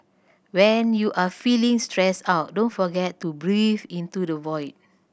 when you are feeling stressed out don't forget to breathe into the void